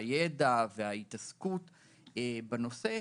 הידע וההתעסקות בנושא,